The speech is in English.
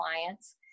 clients